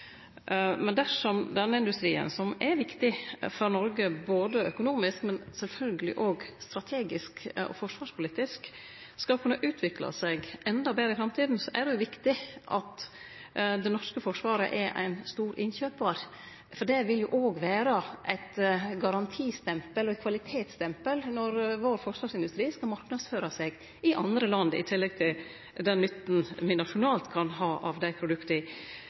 Men dersom denne industrien, som er viktig for Noreg økonomisk, men sjølvsagt òg strategisk og forsvarspolitisk, skal kunne utvikle seg endå betre i framtida, er det viktig at det norske forsvaret er ein stor innkjøpar. Det vil òg vere eit garantistempel og eit kvalitetsstempel når forsvarsindustrien vår skal marknadsføre seg i andre land, i tillegg til den nytten me nasjonalt kan ha av dei produkta.